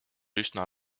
üsna